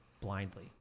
blindly